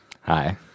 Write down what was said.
hi